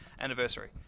anniversary